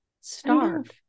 Starve